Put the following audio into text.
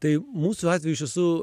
tai mūsų atveju iš tiesų